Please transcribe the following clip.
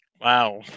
Wow